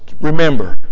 remember